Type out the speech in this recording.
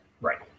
Right